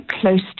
close